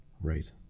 Right